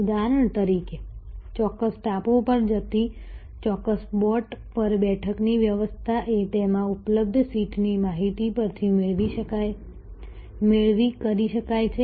ઉદાહરણ તરીકે ચોક્કસ ટાપુ પર જતી ચોક્કસ બોટ પર બેઠક ની વ્યવસ્થા એ તેમાં ઉપલબ્ધ સીટ ની માહિતી પરથી મેળવી કરી શકાય છે